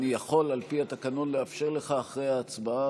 אני יכול על פי התקנון לאפשר לך אחרי ההצבעה,